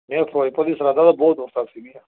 ਨਹੀਂ ਉਹ ਫਿਰੋਜ਼ਪੁਰ ਦੀ ਸੀਗੀਆਂ